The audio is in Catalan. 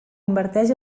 inverteix